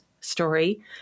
story